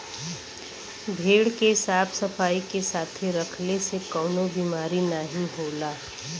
भेड़ के साफ सफाई के साथे रखले से कउनो बिमारी नाहीं होला